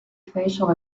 facial